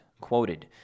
quoted